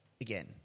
Again